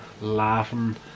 laughing